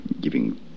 giving